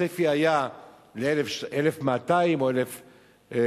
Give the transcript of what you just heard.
הצפי היה ל-1,200 או 1,300,